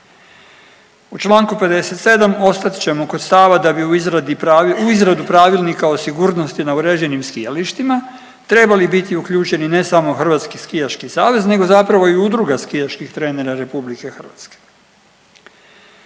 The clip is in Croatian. U članku 57. ostat ćemo kod stava da bi u izradu Pravilnika o sigurnosti na uređenim skijalištima trebali biti uključeni ne samo Hrvatski skijaški savez, nego zapravo i udruga skijaških trenera Republike Hrvatske.